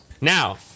Now